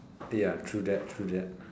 ya true that true that